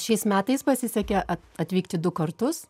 šiais metais pasisekė atvykti du kartus